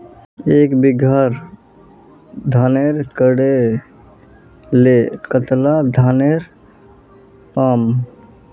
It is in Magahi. एक बीघा धानेर करले कतला धानेर पाम?